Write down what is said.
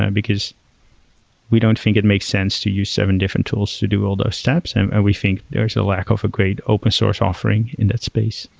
and because we don't think it makes sense to use seven different tools to do all those steps, and we think there's a lack of a great open source offering in that space.